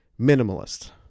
minimalist